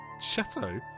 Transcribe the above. Chateau